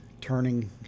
turning